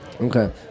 Okay